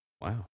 wow